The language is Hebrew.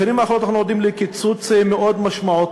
בשנים האחרונות אנחנו עדים לקיצוץ מאוד משמעותי.